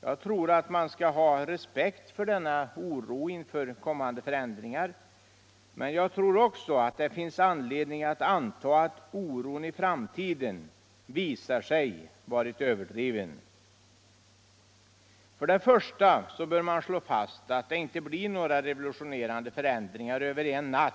Jag tror att man skall ha respekt för denna oro inför kommande förändringar, men jag tror också att det finns anledning att anta att oron i framtiden visar sig ha varit överdriven. Först och främst bör man slå fast att det inte blir några revolutionerande förändringar över en natt